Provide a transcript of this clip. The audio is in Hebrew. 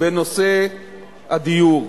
בנושא הדיור.